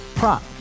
Prop